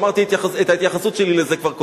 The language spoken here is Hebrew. אמרתי את ההתייחסות שלי לזה כבר קודם.